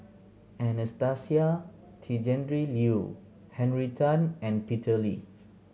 Anastasia Tjendri Liew Henry Tan and Peter Lee